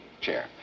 chair